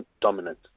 dominant